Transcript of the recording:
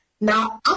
Now